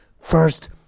First